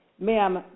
ma'am